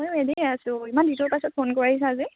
মই এনেই আছোঁ ইমান দিনৰ পাছত ফোন কৰিছা যে